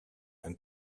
and